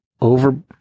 over